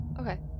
Okay